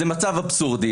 זה מצב אבסורדי.